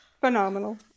phenomenal